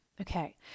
okay